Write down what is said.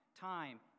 time